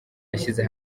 yashyize